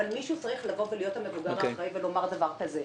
אבל מישהו צריך לבוא ולהיות המבוגר האחראי ולומר דבר כזה.